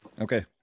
Okay